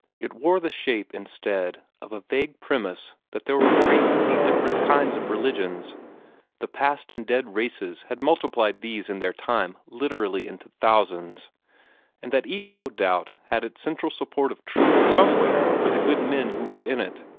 it wore the shape, instead, of a vague premise that there were a great many different kinds of religions the past and dead races had multiplied these in their time literally into thousands and that each no doubt had its central support of truth somewhere for the good men who were in it,